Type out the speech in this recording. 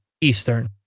Eastern